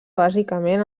bàsicament